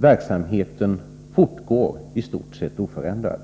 verksamheten fortgår i stort sett oförändrad.